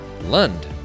Lund